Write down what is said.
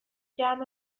گرم